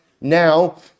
Now